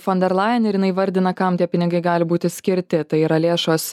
fonderlajen ir jinai įvardina kam tie pinigai gali būti skirti tai yra lėšos